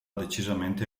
decisamente